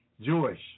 Jewish